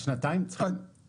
השנתיים קיימים,